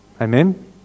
Amen